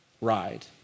ride